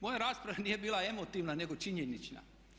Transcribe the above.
Pa moja rasprava nije bila emotivna nego činjenična.